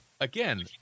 Again